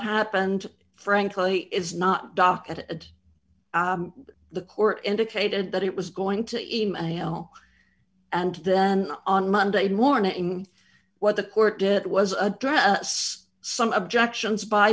happened frankly is not docket the court indicated that it was going to email and then on monday morning what the court it was addressed some objections by